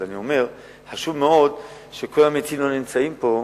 אבל חשוב מאוד לומר שכל המציעים לא נמצאים פה,